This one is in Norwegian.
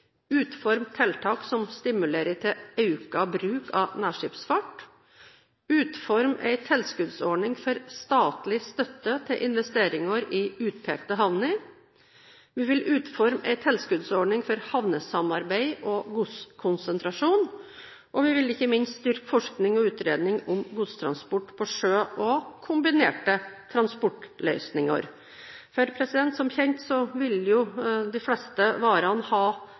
utforme tiltak som stimulerer til økt bruk av nærskipsfart, utforme en tilskuddsordning for statlig støtte til investeringer i utpekte havner, og vi vil utforme en tilskuddsordning for havnesamarbeid og godskonsentrasjon. Og vi vil ikke minst styrke forskning og utredning om godstransport på sjø og kombinerte transportløsninger, for som kjent har jo de fleste varene